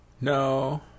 No